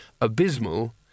abysmal